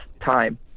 time